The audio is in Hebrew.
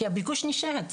כי הביקוש נשאר.